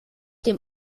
dem